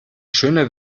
schöne